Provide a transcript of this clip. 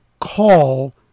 call